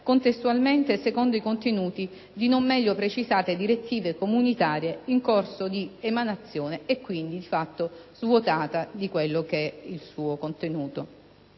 contestualmente e secondo i contenuti di non meglio precisate direttive comunitarie in corso di emanazione, e quindi, di fatto, è svuotata del suo contenuto.